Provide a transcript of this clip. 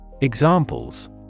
Examples